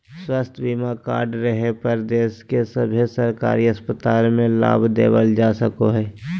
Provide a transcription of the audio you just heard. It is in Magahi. स्वास्थ्य बीमा कार्ड रहे पर देश के सभे सरकारी अस्पताल मे लाभ लेबल जा सको हय